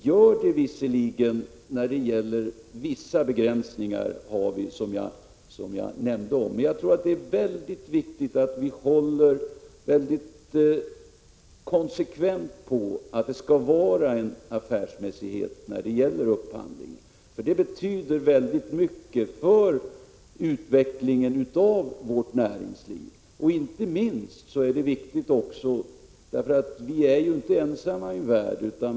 Som jag redan nämnt finns vissa begränsningar, men jag tror att det är mycket viktigt att vi konsekvent håller på att upphandlingen skall ske på affärsmässiga grunder. Det betyder väldigt mycket för utvecklingen av vårt näringsliv. Inte minst är principen om affärsmässighet viktig med tanke på att vi inte är ensamma i världen.